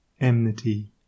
enmity